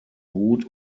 hut